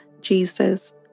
Jesus